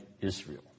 Israel